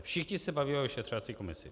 Všichni se baví o vyšetřovací komisi.